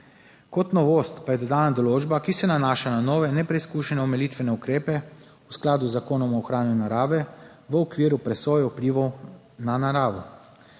Kot novost pa je dodana določba, ki se nanaša na nove nepreizkušene omilitvene ukrepe v skladu z Zakonom o ohranjanju narave v okviru presoje vplivov na naravo.